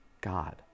God